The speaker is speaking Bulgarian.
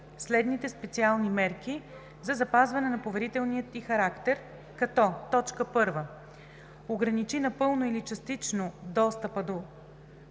следните специални мерки за запазване на поверителния ѝ характер, като: 1. ограничи напълно или частично достъпа до